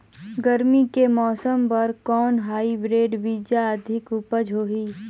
गरमी के मौसम बर कौन हाईब्रिड बीजा अधिक उपज होही?